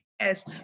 yes